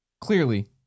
Clearly